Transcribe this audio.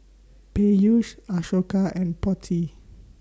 Peyush Ashoka and Potti